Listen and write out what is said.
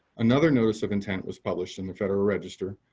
another notice of intent was published in the federal register,